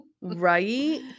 right